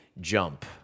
jump